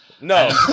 no